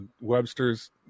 Webster's